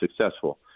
successful